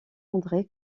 andré